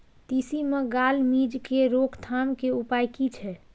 तिसी मे gall midge के रोकथाम के उपाय की छै?